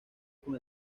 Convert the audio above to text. con